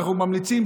אנחנו ממליצים.